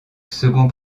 second